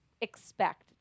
expect